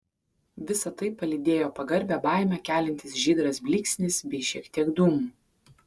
visa tai palydėjo pagarbią baimę keliantis žydras blyksnis bei šiek tiek dūmų